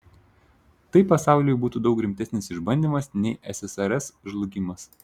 tai pasauliui būtų daug rimtesnis išbandymas nei ssrs žlugimas